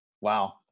Wow